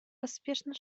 поспешно